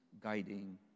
guiding